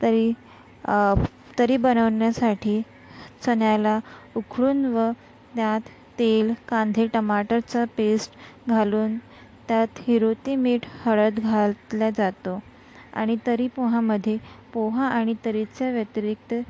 तर्री तर्री बनवण्यासाठी चण्याला उकळून व त्यात तेल कांदे टमाटरचा पेस्ट घालून त्यात हिरोती मीठ हळद घातला जातो आणि तर्री पोहामध्ये पोहा आणि तर्रीच्या व्यतिरिक्त